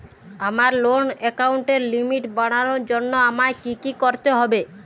আমার লোন অ্যাকাউন্টের লিমিট বাড়ানোর জন্য আমায় কী কী করতে হবে?